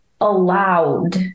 allowed